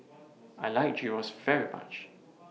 I like Gyros very much